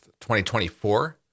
2024